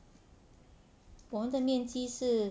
我们的面积是